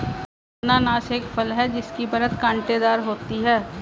अनन्नास एक फल है जिसकी परत कांटेदार होती है